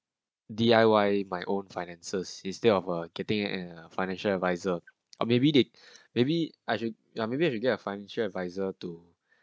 D_I_Y my own finances instead of uh getting a financial advisor or maybe they maybe I should ya maybe you should get a financial adviser to